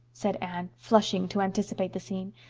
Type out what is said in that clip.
said anne, flushing to anticipate the scene.